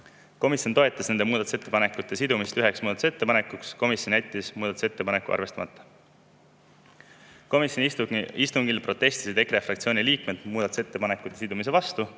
Komisjon toetas nende muudatusettepanekute sidumist üheks muudatusettepanekuks. Komisjoni [seisukoht on] jätta muudatusettepanek arvestamata. Komisjoni istungil protestisid EKRE fraktsiooni liikmed muudatusettepanekute sidumise vastu,